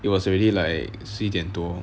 it was already like 十一点多